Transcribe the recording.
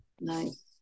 Nice